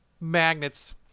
magnets